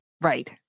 Right